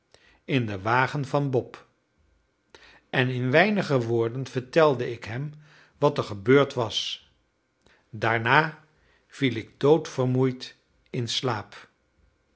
in den wagen van bob en in weinige woorden vertelde ik hem wat er gebeurd was daarna viel ik doodvermoeid in slaap